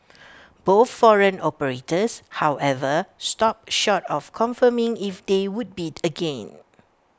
both foreign operators however stopped short of confirming if they would bid again